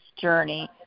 journey